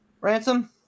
ransom